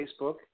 Facebook